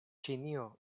ĉinio